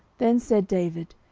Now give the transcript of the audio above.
then said david,